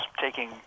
taking